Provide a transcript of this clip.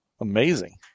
amazing